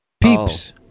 Peeps